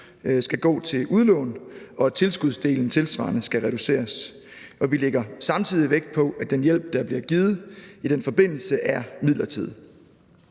skal gå til udlån, og at tilskudsdelen tilsvarende skal reduceres. Og vi lægger samtidig vægt på, at den hjælp, der bliver givet i den forbindelse, er midlertidig.